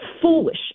foolish